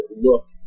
look